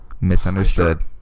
misunderstood